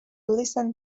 listen